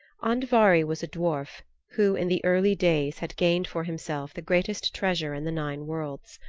andvari was a dwarf who, in the early days, had gained for himself the greatest treasure in the nine worlds.